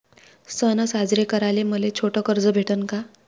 सन साजरे कराले मले छोट कर्ज भेटन का?